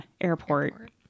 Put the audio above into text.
airport